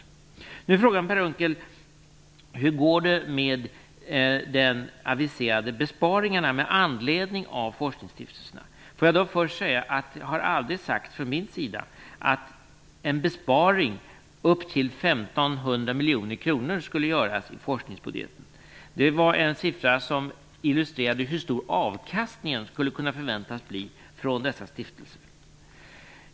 Nu frågar Per Unckel hur det går med de aviserade besparingarna med anledning av forskningsstiftelserna. Låt mig först säga att jag aldrig har sagt att en besparing på upp till 1 500 miljoner kronor skulle göras vid forskningsfördelningen. Det var en sifferuppgift som illustrerade hur stor avkastningen skulle kunna förväntas bli från dessa stiftelser.